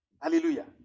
Hallelujah